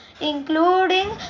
including